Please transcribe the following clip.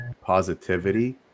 positivity